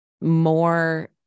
more